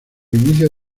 inicio